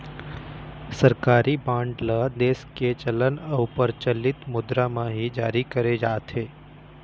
सरकारी बांड ल देश के चलन अउ परचलित मुद्रा म ही जारी करे जाथे